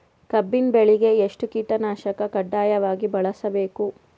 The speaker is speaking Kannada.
ಕಬ್ಬಿನ್ ಬೆಳಿಗ ಎಷ್ಟ ಕೀಟನಾಶಕ ಕಡ್ಡಾಯವಾಗಿ ಬಳಸಬೇಕು?